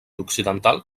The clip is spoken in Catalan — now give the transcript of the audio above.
occidental